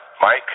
Mike